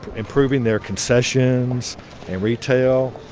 improving their concessions and retail,